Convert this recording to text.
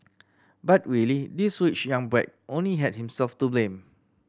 but really this rich young brat only had himself to blame